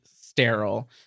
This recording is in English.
sterile